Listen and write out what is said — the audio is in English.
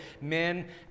men